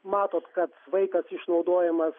matot kad vaikas išnaudojamas